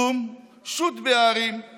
// קום שוט / בערים /